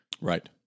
Right